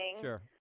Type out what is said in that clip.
Sure